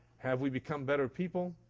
have we become better people,